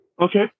Okay